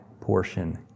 portion